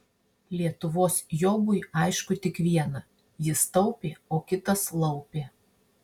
lietuvos jobui aišku tik viena jis taupė o kitas laupė